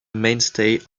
mainstay